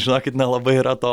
žinokit nelabai yra to